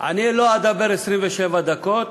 אני לא אדבר 27 דקות,